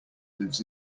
lives